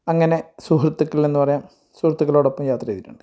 അങ്ങനെ സുഹൃത്തുക്കളെന്ന് പറയാം സുഹൃത്തുക്കളോടൊപ്പം യാത്ര ചെയ്തിട്ടുണ്ട്